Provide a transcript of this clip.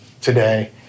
today